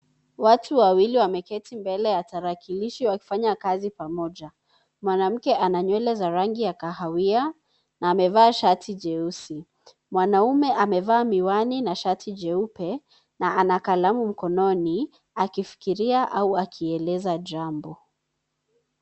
Watu wawili wameketi mbele ya tarakilishi wakifanya kazi pamoja. Mwanamke ana nywele za rangi ya kahawia na amevaa shati jeusi. Mwanaume amevaa miwani na shati jeupe, na ana kalamu mkononi akifikiria au akieleza jambo.